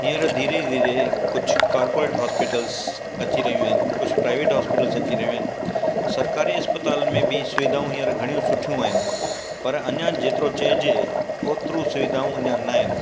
हींअर धीरे धीरे कुझु कॉरपोरेट हॉस्पीटल्स अची रहियूं आहिनि कुझु प्राइवेट हॉस्पीटल्स अची रहियूं आहिनि सरकारी इस्पतालि में बि सुविधाऊं हींअर घणी सुठियूं आहिनि पर अञा जेतिरो चइजे ओतिरी सुविधाऊं अञा नाहिनि